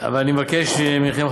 ואני מבקש מכם,